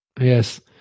Yes